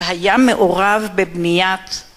היה מעורב בבניית